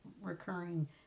recurring